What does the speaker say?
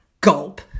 Gulp